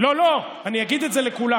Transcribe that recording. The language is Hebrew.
תגיד את זה לראש